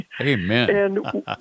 Amen